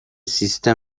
سیستم